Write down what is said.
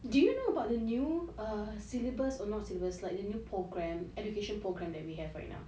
do you know about the new syllabus oh not syllabus like the new programme education program that we have right now